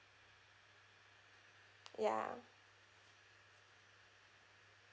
ya